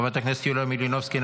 חברת הכנסת יוליה מלינובסקי,